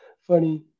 funny